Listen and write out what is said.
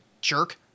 jerk